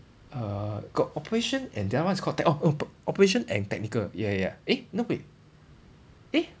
uh got operation and the other one is called tec~ oh oh operation and technical ya ya eh no wait eh